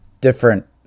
different